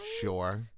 Sure